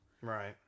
Right